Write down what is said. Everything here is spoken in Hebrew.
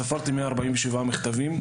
ספרתי 147 מכתבים.